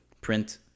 print